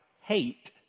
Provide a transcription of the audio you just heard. hate